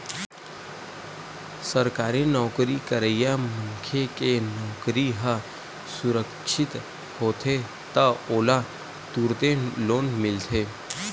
सरकारी नउकरी करइया मनखे के नउकरी ह सुरक्छित होथे त ओला तुरते लोन मिलथे